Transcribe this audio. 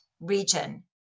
region